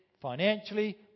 financially